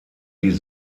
die